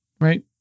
right